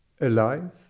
alive